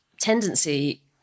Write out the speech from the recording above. tendency